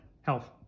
health